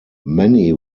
many